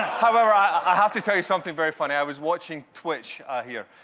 however, i have to tell you something very funny. i was watching twitch here,